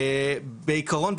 בעיקרון,